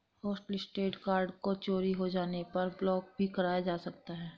hotlisted card को चोरी हो जाने पर ब्लॉक भी कराया जा सकता है